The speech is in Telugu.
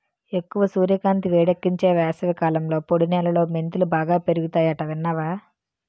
ఎక్కువ సూర్యకాంతి, వేడెక్కించే వేసవికాలంలో పొడి నేలలో మెంతులు బాగా పెరుగతాయట విన్నావా